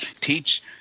teach